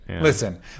Listen